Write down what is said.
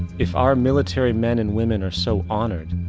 if our military men and women are so honored,